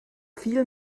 viel